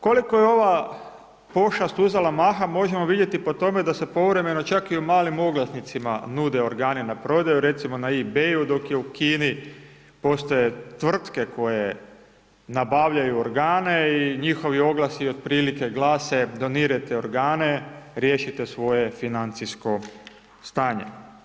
Koliko je ova pošast uzela maha, možemo vidjeti po tome da se povremeno čak i u malim oglasnicima nude organi na prodaju recimo na ebay dok u Kini postoje tvrtke koje nabavljaju organe i njihovi oglasi otprilike glase, donirajte organe, riješite svoje financijsko stanje.